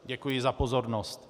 Děkuji za pozornost.